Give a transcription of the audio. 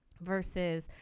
versus